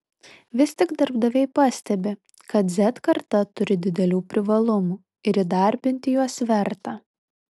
vis tik darbdaviai pastebi kad z karta turi didelių privalumų ir įdarbinti juos verta